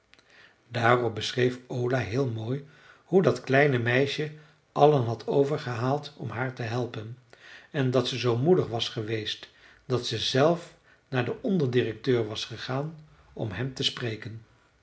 daarop beschreef ola heel mooi hoe dat kleine meisje allen had overgehaald om haar te helpen en dat ze zoo moedig was geweest dat ze zelf naar den onderdirecteur was gegaan om hem te spreken